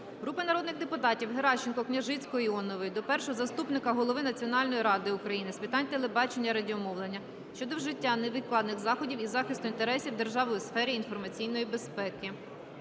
Групи народних депутатів (Геращенко, Княжицького, Іонової) до Першого заступника голови Національної ради України з питань телебачення і радіомовлення щодо вжиття невідкладних заходів із захисту інтересів держави у сфері інформаційної безпеки.